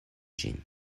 ĝin